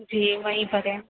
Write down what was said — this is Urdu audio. جی وہیں پر ہیں